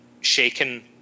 shaken